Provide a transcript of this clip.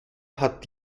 hat